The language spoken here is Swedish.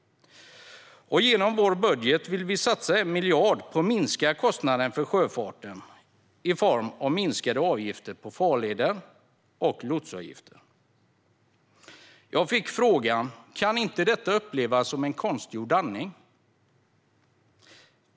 Genom vår budget vill vi satsa 1 miljard på att minska kostnaden för sjöfarten, i form av minskade avgifter på farleder och lotsavgifter. Jag fick frågan om inte detta kan upplevas som konstgjord andning?